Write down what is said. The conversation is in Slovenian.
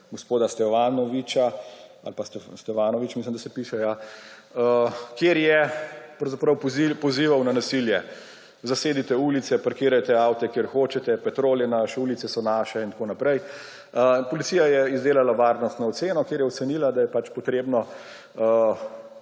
gospoda Stevanovića, mislim, da se piše Stevanović, kjer je pozival na nasilje. Zasedite ulice, parkirajte avte, kjer hočete, Petrol je naš, ulice so naše in tako naprej. Policija je izdelala varnostno oceno, kjer je ocenila, da je potrebo